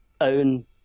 own